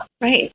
Right